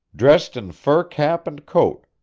dressed in fur cap and coat,